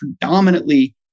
predominantly